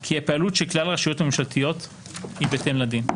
כי הפעילות של כלל הרשויות הממשלתיות היא בהתאם לדין.